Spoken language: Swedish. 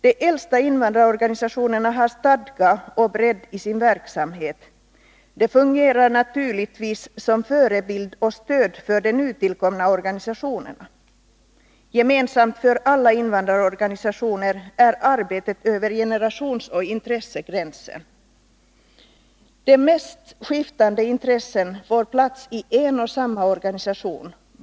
De äldsta invandrarorganisationerna har stadga och bredd i sin verksamhet. De fungerar naturligtvis som förebilder och stöd för de nytillkomna organisationerna. Gemensamt för alla invandrarorganisationer är arbetet över generationsoch intressegränserna. De mest skiftande intressen får plats i en och samma organisation.